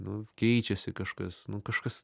nu keičiasi kažkas kažkas